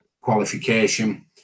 qualification